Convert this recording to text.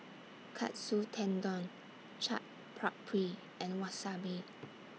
Katsu Tendon Chaat Papri and Wasabi